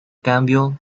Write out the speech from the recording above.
cambio